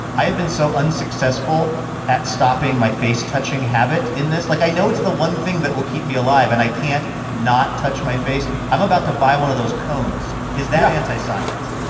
i have been so unsuccessful at stopping my face touching habit in this. like, i know it's the one thing that will keep me alive and i can't not touch my face. i'm about to buy one of those cones. is there anti-science?